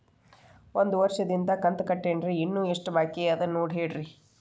ಒಂದು ವರ್ಷದಿಂದ ಕಂತ ಕಟ್ಟೇನ್ರಿ ಇನ್ನು ಎಷ್ಟ ಬಾಕಿ ಅದ ನೋಡಿ ಹೇಳ್ರಿ